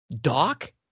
doc